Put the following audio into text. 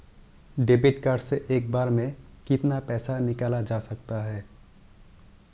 Debit card से एक बार में कितना पैसा निकाला जा सकता है?